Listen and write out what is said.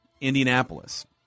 Indianapolis